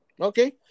okay